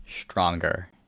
stronger